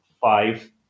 five